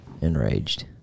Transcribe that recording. enraged